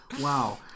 wow